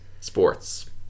Sports